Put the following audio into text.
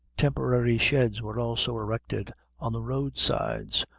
temporary sheds were also erected on the road sides,